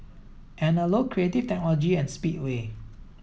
Anello Creative Technology and Speedway